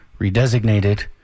redesignated